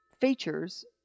features